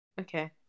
Okay